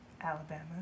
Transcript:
Alabama